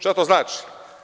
Šta to znači?